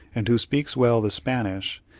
and who speaks well the spanish,